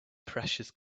precious